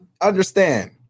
understand